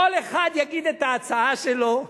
כל אחד יגיד את ההצעה שלו,